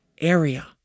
area